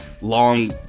long